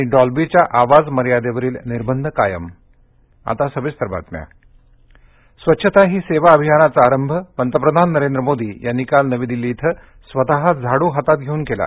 डॉल्बीच्या आवाज मर्यादेवरील निर्बंध कायम रुवच्छता ही सेवा स्वच्छता ही सेवा अभियानाचा आरंभ पंतप्रधान नरेंद्र मोदी यांनी काल नवी दिल्ली इथं स्वतः झाडू हातात घेऊन केला